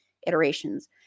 iterations